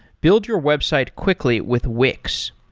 build your website quickly with wix.